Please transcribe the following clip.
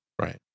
Right